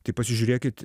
tai pasižiūrėkit